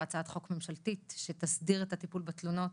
הצעת חוק ממשלתית שתסדיר את הטיפול בתלונות